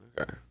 Okay